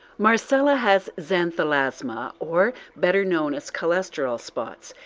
marcella has xanthelasma or better known as cholesterol spots.